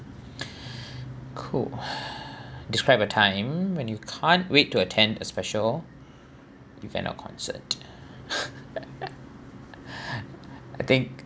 cool describe a time when you can't wait to attend a special event or concert I think